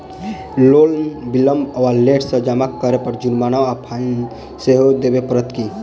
Loan विलंब वा late सँ जमा करै पर जुर्माना वा फाइन सेहो देबै पड़त की?